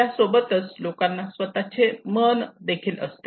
त्यासोबतच लोकांना स्वतःचे मन असते